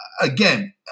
again